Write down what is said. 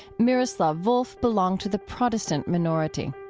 miroslav volf belonged to the protestant minority.